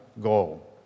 goal